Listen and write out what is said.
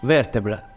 Vertebra